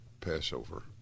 Passover